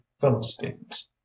philistines